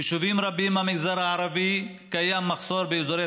ביישובים רבים במגזר הערבי יש מחסור באזורי